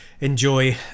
enjoy